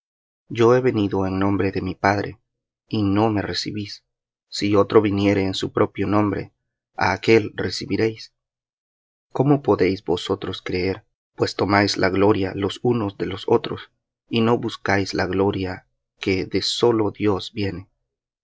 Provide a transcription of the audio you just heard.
yo he venido en nombre de mi padre y no me recibís si otro viniere en su propio nombre á aquél recibiréis cómo podéis vosotros creer pues tomáis la gloria los unos de los otros y no buscáis la gloria que de sólo dios viene